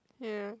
ya